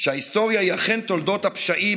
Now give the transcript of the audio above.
שההיסטוריה היא אכן תולדות הפשעים,